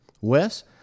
Wes